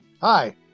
Hi